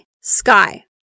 sky